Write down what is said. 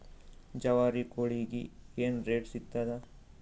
ಜವಾರಿ ಕೋಳಿಗಿ ಏನ್ ರೇಟ್ ಸಿಗ್ತದ?